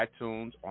itunes